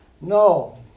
No